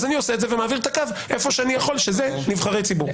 אני עושה את זה ואני מעביר את הקו היכן שאני יכול שאלה הם נבחרי הציבור.